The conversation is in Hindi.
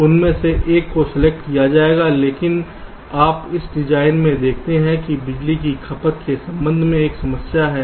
तो उनमें से एक को सेलेक्ट किया जाएगा लेकिन आप इस डिजाइन में देखते हैं कि बिजली की खपत के संबंध में एक समस्या है